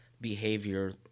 behavior